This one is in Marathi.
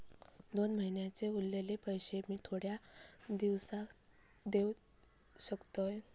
दोन महिन्यांचे उरलेले पैशे मी थोड्या दिवसा देव शकतय?